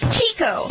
Chico